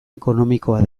ekonomikoa